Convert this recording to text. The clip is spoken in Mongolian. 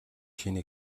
шинэ